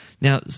Now